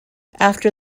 after